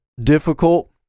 difficult